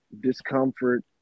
discomfort